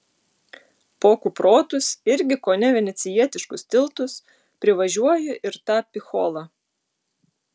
po kuprotus irgi kone venecijietiškus tiltus privažiuoju ir tą picholą